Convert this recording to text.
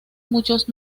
muchos